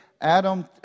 Adam